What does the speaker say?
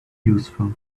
useful